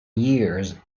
years